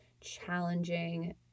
challenging